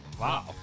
Wow